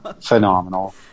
phenomenal